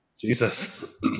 Jesus